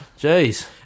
Jeez